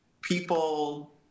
people